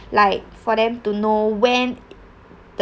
like for them to know when